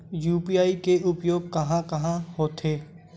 UPI के उपयोग कहां कहा होथे?